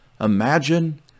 imagine